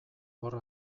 hor